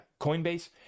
Coinbase